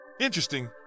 Interesting